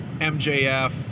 MJF